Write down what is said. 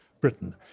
Britain